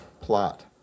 Plot